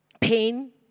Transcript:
pain